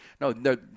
No